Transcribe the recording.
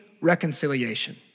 reconciliation